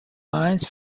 lines